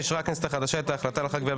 אישרה הכנסת החדשה את ההחלטה לאחר קביעת